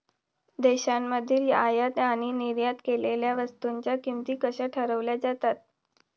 देशांमधील आयात आणि निर्यात केलेल्या वस्तूंच्या किमती कशा ठरवल्या जातात?